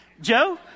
Joe